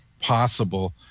possible